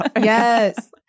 Yes